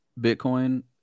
Bitcoin